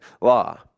law